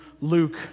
Luke